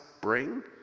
bring